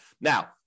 Now